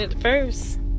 first